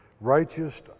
righteous